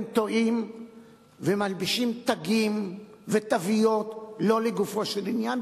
אתם טועים ומלבישים תגים ותוויות שלא לגופו של עניין,